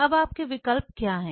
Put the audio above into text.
अब आपके विकल्प क्या है